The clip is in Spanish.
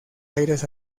aires